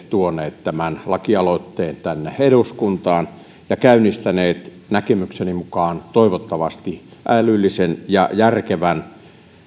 tuonut tämän lakialoitteen tänne eduskuntaan ja käynnistänyt näkemykseni mukaan toivottavasti älyllisen ja järkevän